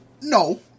No